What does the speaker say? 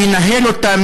מי ינהל אותה,